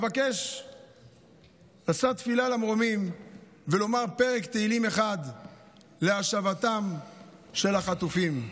אבקש לשאת תפילה למרומים ולומר פרק תהילים אחד להשבתם של החטופים.